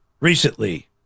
recently